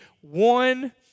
one